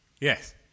Yes